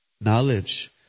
knowledge